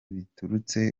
biturutse